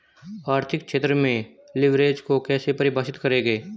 आर्थिक क्षेत्र में लिवरेज को कैसे परिभाषित करेंगे?